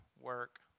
work